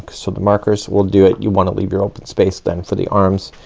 so the markers will do it, you wanna leave your open space then for the arms.